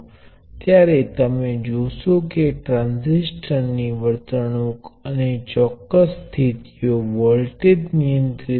જે વ્યાખ્યાયિત થયેલ છે કારણ કે મારી પાસે વોલ્ટેજ સ્ત્રોત છે